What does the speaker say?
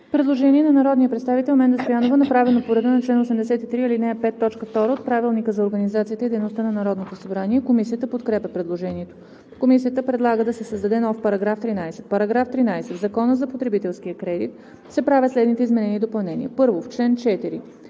Предложение на народния представител Менда Стоянова, направено по реда на чл. 83, ал. 5, т. 2 от Правилника за организацията и дейността на Народното събрание. Комисията подкрепя предложението. Комисията предлага да се създаде нов § 13: „§ 13. В Закона за потребителския кредит (обн., ДВ, бр. …) се правят следните изменения и допълнения: 1. В чл. 4: